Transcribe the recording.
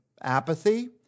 apathy